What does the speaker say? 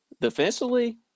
Defensively